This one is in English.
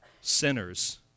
sinners